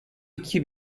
iki